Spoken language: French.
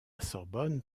sorbonne